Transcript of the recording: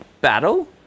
battle